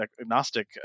agnostic